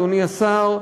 אדוני השר,